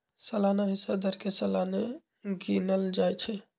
सलाना हिस्सा दर के सलाने गिनल जाइ छइ